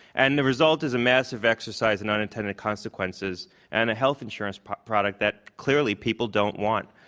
and the result is a massive exercise in unintended consequences and a health insurance product that clearly people don't want.